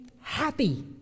happy